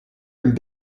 and